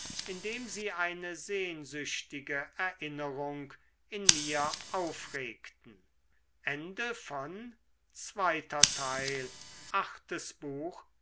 indem sie eine sehnsüchtige erinnerung in mir aufregten